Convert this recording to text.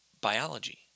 biology